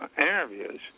interviews